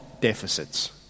deficits